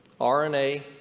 RNA